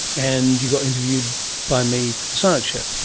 and you got interviewed by me for the science show.